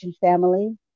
family